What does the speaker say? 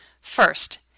First